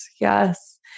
Yes